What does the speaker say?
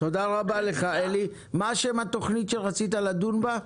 תודה רבה לך אלי, מה שם התוכנית שרצית לדון בה?